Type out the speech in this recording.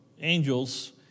angels